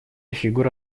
фигура